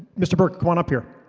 mr. burke. come on up here